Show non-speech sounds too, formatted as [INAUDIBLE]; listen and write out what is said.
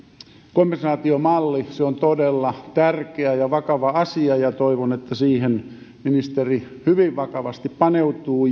kompensaatiomalli on todella tärkeä ja vakava asia ja toivon että siihen ministeri hyvin vakavasti paneutuu [UNINTELLIGIBLE]